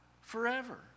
forever